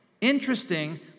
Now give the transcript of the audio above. Interesting